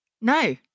No